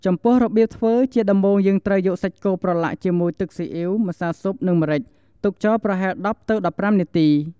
ចំពោះរបៀបធ្វើ ជាដំបូងយើងត្រូវយកសាច់គោប្រឡាក់ជាមួយទឹកស៊ីអ៊ីវ ម្សៅស៊ុប និងម្រេច ទុកចោលប្រហែល ១០ ទៅ ១៥ នាទី។